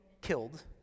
killed